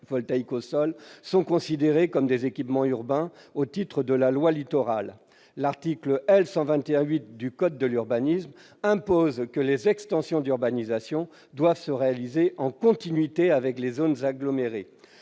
photovoltaïques au sol, sont considérés comme des équipements urbains au titre de la loi Littoral. L'article L. 121-8 du code de l'urbanisme impose que les extensions d'urbanisation doivent se réaliser en continuité avec les zones agglomérées.